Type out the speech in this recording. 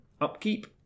Upkeep